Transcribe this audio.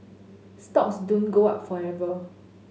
stocks don't go up forever